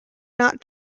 not